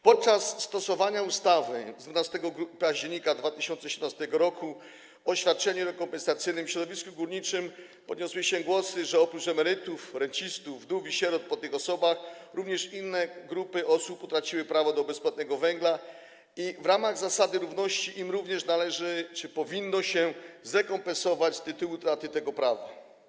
Podczas stosowania ustawy z 12 października 2017 r. o świadczeniu rekompensacyjnym w środowisku górniczym podniosły się głosy, że oprócz emerytów, rencistów, wdów i sierot po tych osobach również inne grupy osób utraciły prawo do bezpłatnego węgla i, w ramach zasady równości, im również należy czy powinno się przyznać rekompensatę z tytułu utraty tego prawa.